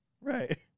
Right